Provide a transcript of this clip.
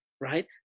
Right